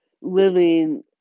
living